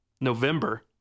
November